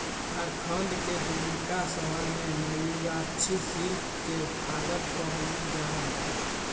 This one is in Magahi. झारखंड के दुमका शहर में मयूराक्षी सिल्क के उत्पादन कइल जाहई